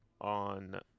on